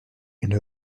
une